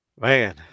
man